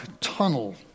tunnel